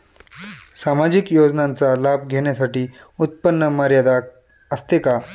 सामाजिक योजनांचा लाभ घेण्यासाठी उत्पन्न मर्यादा असते का?